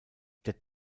der